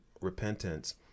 repentance